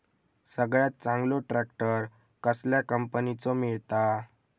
सगळ्यात चांगलो ट्रॅक्टर कसल्या कंपनीचो मिळता?